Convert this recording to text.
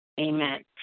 Amen